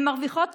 הן מרוויחות